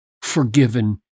forgiven